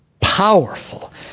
Powerful